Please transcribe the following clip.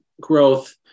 growth